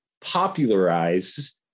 Popularized